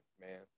man